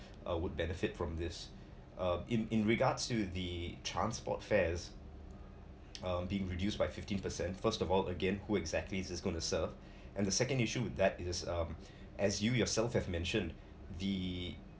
uh would benefit from this uh in in regards with the transport fares um being reduced by fifteen percent first of all again who exactly is this going to serve and the second issue that is um as you yourself have mentioned the